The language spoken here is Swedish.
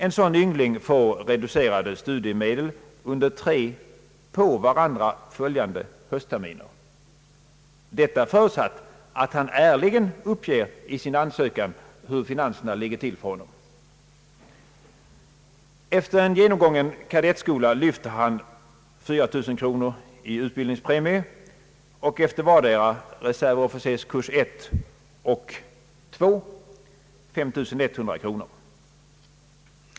En sådan yngling får reducerade studiemedel under tre på varandra följande kursterminer; förutsatt att han i sin ansökan ärligen uppger hur finanserna ligger till. Efter genomgången kadettskola lyfter han 4 000 kronor i utbildningspremium och efter vardera reservofficerskurs 1 och 2 får han 5100 kronor.